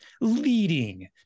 leading